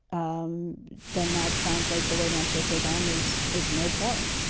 um then that sounds like the right answer for them, as is no porn.